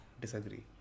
Disagree